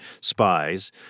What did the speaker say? spies